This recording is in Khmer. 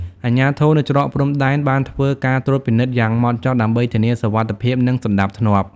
អាជ្ញាធរនៅច្រកព្រំដែនបានធ្វើការត្រួតពិនិត្យយ៉ាងហ្មត់ចត់ដើម្បីធានាសុវត្ថិភាពនិងសណ្តាប់ធ្នាប់។